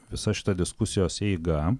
visa šita diskusijos eiga